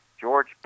George